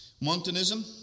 Montanism